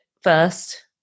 first